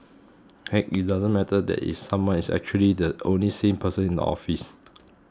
heck it doesn't matter that someone is actually the only sane person in the office